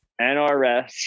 NRS